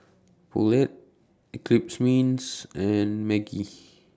Poulet Eclipse Mints and Maggi